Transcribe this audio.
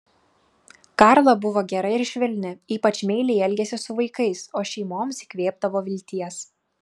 karla buvo gera ir švelni ypač meiliai elgėsi su vaikais o šeimoms įkvėpdavo vilties